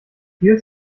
viel